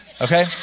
Okay